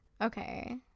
okay